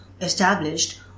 established